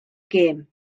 gêm